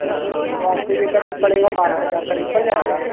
है न तो आपको ये करीब पड़ेगा बारह हजार करीब पड़ जाएगा